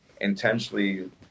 intentionally